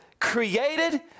created